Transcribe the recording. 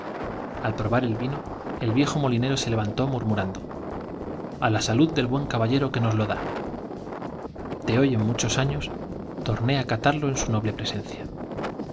al probar el vino el viejo molinero se levantó murmurando i a la salud del buen caballero que lo da nos de hoy en muchos años torne á catado en su noble presencia